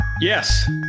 Yes